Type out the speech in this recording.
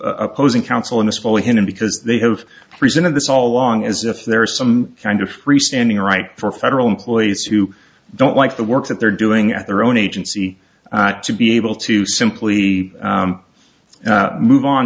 opposing counsel in this whole hidden because they have presented this all along as if there is some kind of free standing right for federal employees who don't like the work that they're doing at their own agency to be able to simply move on